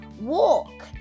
Walk